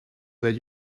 that